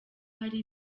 hari